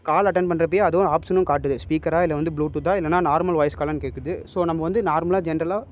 கால் attend பண்ணுறப்பவே அதுவும் ஆப்ஷனும் காட்டுது ஸ்பீக்கராக இல்லை வந்து ப்ளூடூத்தாக இல்லைனா நார்மல் வாய்ஸ் கால்லானு கேட்குது ஸோ நம்ம வந்து நார்மலாக ஜென்ட்ரல்லாக